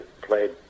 played